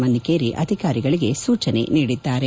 ಮನ್ನಿಕೇರಿ ಅಧಿಕಾರಿಗಳಿಗೆ ಸೂಚನೆ ನೀಡಿದರು